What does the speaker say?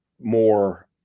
more